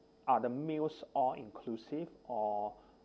are the meals all inclusive or